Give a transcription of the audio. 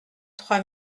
trois